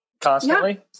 constantly